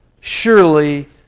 surely